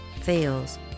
fails